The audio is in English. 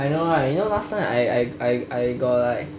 I know right you know last time I I I got like